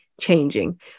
Changing